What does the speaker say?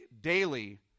daily